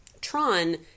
Tron